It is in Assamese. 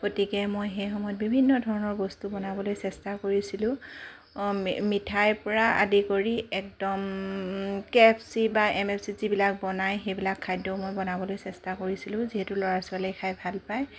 গতিকে মই সেই সময়ত বিভিন্ন ধৰণৰ বস্তু বনাবলৈ চেষ্টা কৰিছিলোঁ মিঠাইৰ পৰা আদি কৰি একদম কে এফ চি বা এম এফ চিত যিবিলাক বনায় সেইবিলাক খাদ্যও মই বনাবলৈ চেষ্টা কৰিছিলোঁ যিহেতু ল'ৰা ছোৱালীয়ে খাই ভাল পায়